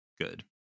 good